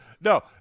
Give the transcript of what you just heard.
No